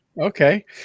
okay